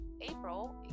April